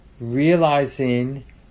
realizing